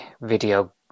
video